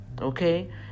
Okay